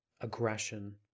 aggression